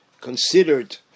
considered